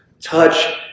touch